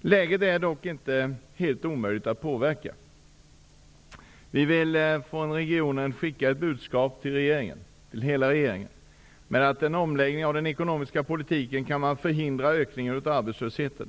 Läget är dock inte helt omöjligt att påverka. Vi vill från regionen skicka ett budskap till hela regeringen, att man med en omläggning av den ekonomiska politiken kan förhindra ökningen av arbetslösheten.